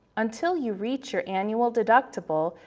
until you reach your annual deductible,